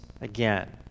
again